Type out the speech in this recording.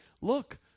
look